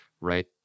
right